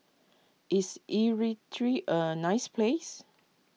is Eritrea a nice place